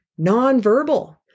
nonverbal